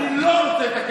תקשיב רגע,